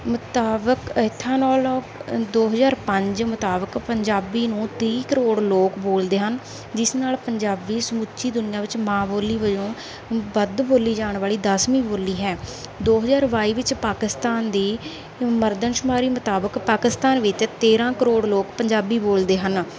ਮੁਤਾਬਿਕ ਐਥਨੋਲੋ ਦੋ ਹਜ਼ਾਰ ਪੰਜ ਮੁਤਾਬਿਕ ਪੰਜਾਬੀ ਨੂੰ ਤੀਹ ਕਰੋੜ ਲੋਕ ਬੋਲਦੇ ਹਨ ਜਿਸ ਨਾਲ ਪੰਜਾਬੀ ਸਮੁੱਚੀ ਦੁਨੀਆਂ ਵਿੱਚ ਮਾਂ ਬੋਲੀ ਵੱਲੋਂ ਵੱਧ ਬੋਲੀ ਜਾਣ ਵਾਲੀ ਦਸਵੀਂ ਬੋਲੀ ਹੈ ਦੋੋ ਹਜ਼ਾਰ ਬਾਈ ਵਿੱਚ ਪਾਕਿਸਤਾਨ ਦੀ ਮਰਦਮਸ਼ੁਮਾਰੀ ਮੁਤਾਬਿਕ ਪਾਕਿਸਤਾਨ ਵਿੱਚ ਤੇਰਾਂ ਕਰੋੜ ਲੋਕ ਪੰਜਾਬੀ ਬੋਲਦੇ ਹਨ